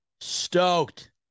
stoked